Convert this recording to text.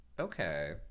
Okay